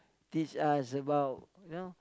teach us about you know